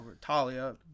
Talia